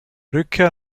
rückkehr